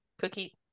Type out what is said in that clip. Cookie